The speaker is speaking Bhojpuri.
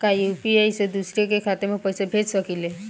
का यू.पी.आई से दूसरे के खाते में पैसा भेज सकी ले?